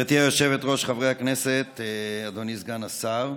גברתי היושבת-ראש, חברי הכנסת, אדוני סגן השר.